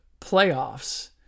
playoffs